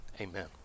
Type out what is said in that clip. Amen